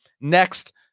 next